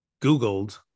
Googled